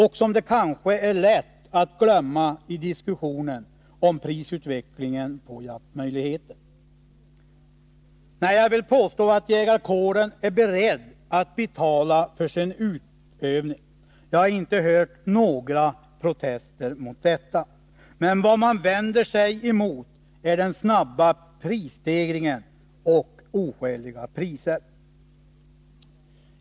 Det kanske är lätt att glömma dem i diskussionen om utvecklingen av priserna på jaktmöjligheter. Nej, jag vill påstå att jägarkåren är beredd att betala för sin utövning. Jag har inte hört några protester mot detta. Vad man vänder sig mot är den snabba prisstegringen och oskäliga priser.